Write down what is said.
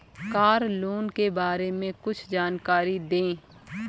Car loan के बारे में कुछ जानकारी दें?